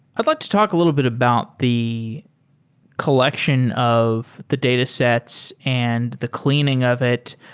i'd like to talk a little bit about the collection of the datasets and the cleaning of it.